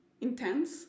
intense